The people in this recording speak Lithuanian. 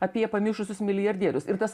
apie pamišusius milijardierius ir tas